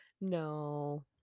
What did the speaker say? no